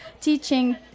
teaching